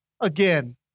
again